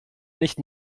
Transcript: nicht